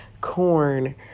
corn